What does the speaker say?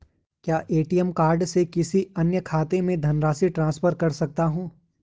क्या ATM card से किसी अन्य खाते में धनराशि ट्रांसफर कर सकता हूँ?